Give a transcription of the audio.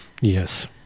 yes